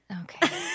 Okay